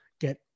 get